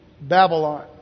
Babylon